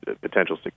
potential